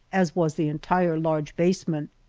as was the entire large basement,